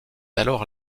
alors